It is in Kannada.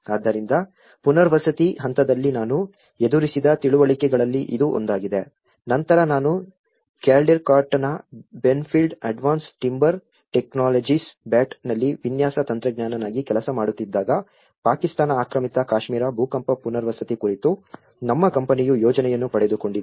ಆದ್ದರಿಂದ ಪುನರ್ವಸತಿ ಹಂತದಲ್ಲಿ ನಾನು ಎದುರಿಸಿದ ತಿಳುವಳಿಕೆಗಳಲ್ಲಿ ಇದು ಒಂದಾಗಿದೆ ನಂತರ ನಾನು ಕ್ಯಾಲ್ಡಿಕಾಟ್ನ ಬೆನ್ಫೀಲ್ಡ್ ಅಡ್ವಾನ್ಸ್ಡ್ ಟಿಂಬರ್ ಟೆಕ್ನಾಲಜೀಸ್ ನಲ್ಲಿ ವಿನ್ಯಾಸ ತಂತ್ರಜ್ಞನಾಗಿ ಕೆಲಸ ಮಾಡುತ್ತಿದ್ದಾಗ ಪಾಕಿಸ್ತಾನ ಆಕ್ರಮಿತ ಕಾಶ್ಮೀರ ಭೂಕಂಪದ ಪುನರ್ವಸತಿ ಕುರಿತು ನಮ್ಮ ಕಂಪನಿಯು ಯೋಜನೆಯನ್ನು ಪಡೆದುಕೊಂಡಿದೆ